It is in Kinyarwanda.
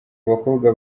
abakobwa